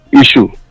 issue